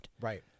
Right